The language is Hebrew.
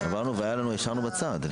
עברנו והשארנו בצד.